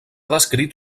descrit